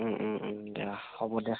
দিয়া হ'ব দিয়া